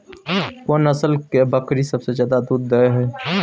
कोन नस्ल के बकरी सबसे ज्यादा दूध दय हय?